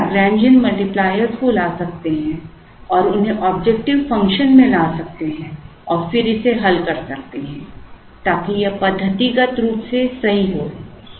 हम दो लैग्रैन्जियन मल्टीप्लायरों को ला सकते हैं और उन्हें ऑब्जेक्टिव फंक्शन में ला सकते हैं और फिर इसे हल कर सकते हैं ताकि यह पद्धतिगत रूप से सही हो